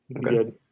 Good